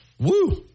Woo